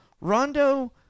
Rondo